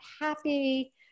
happy